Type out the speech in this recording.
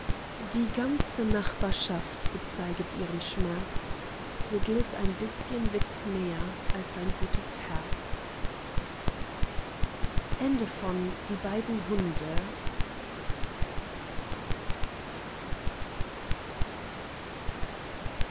die ganze nachbarschaft bezeiget ihren schmerz so gilt ein bißchen witz mehr als ein gutes herz